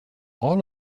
all